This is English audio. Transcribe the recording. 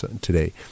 today